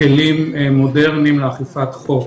כלים מודרניים לאכיפת חוק,